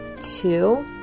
Two